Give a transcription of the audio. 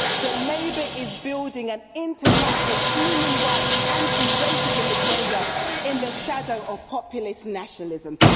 that labour is building an international human rights anti-racism agenda in the shadow of populist nationalism.